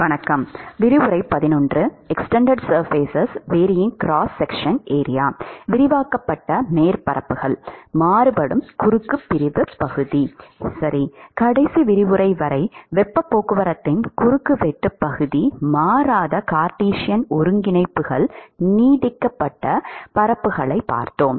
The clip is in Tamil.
விரிவாக்கப்பட்ட மேற்பரப்புகள் III மாறுபடும் குறுக்கு பிரிவு பகுதி சரி கடைசி விரிவுரை வரை வெப்பப் போக்குவரத்தின் குறுக்குவெட்டுப் பகுதி மாறாத கார்ட்டீசியன் ஒருங்கிணைப்புகள் நீட்டிக்கப்பட்ட பரப்புகளைப் பார்த்தோம்